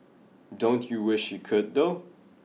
don't you wish you could though